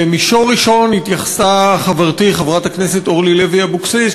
למישור הראשון התייחסה חברתי חברת הכנסת אורלי לוי אבקסיס,